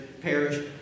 Parish